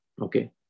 Okay